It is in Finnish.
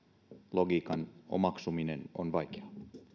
logiikan omaksuminen on vaikeaa